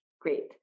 Great